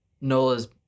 Nola's